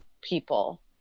people